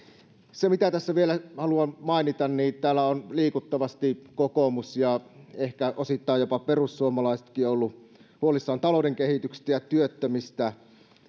mitä tässä vielä haluan mainita on se että täällä ovat liikuttavasti kokoomus ja ehkä osittain jopa perussuomalaisetkin olleet huolissaan talouden kehityksestä ja työttömistä